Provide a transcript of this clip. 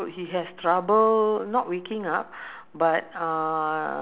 all the working people uh shopping kita pula sibuk you know uh